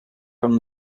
from